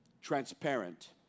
Transparent